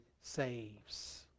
saves